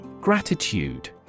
Gratitude